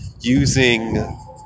using